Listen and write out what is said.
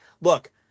look